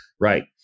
right